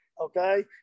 Okay